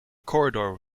corridor